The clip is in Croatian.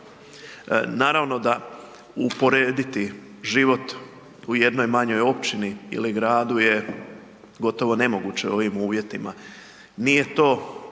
Naravno da uporediti život u jednoj manjoj općini ili gradu je gotovo nemoguće u ovim uvjetima. Nije to